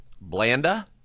Blanda